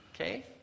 Okay